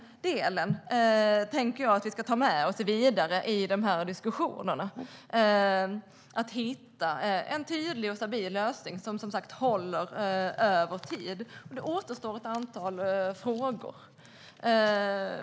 Detta tänker jag att vi ska ta med oss vidare i diskussionerna om att hitta en tydlig och stabil lösning som håller över tid. Det återstår ett antal frågor.